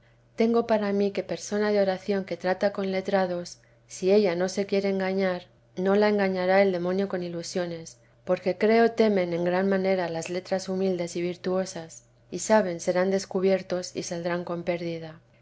tengo para mí que persona de oración que trata con letrados si ella no se quiere engañar no la engañará el demonio con ilusiones porque creo temen en gran manera las letras humildes y virtuosas y saben serán descubiertos y saldrán con pérdida